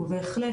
ובהחלט,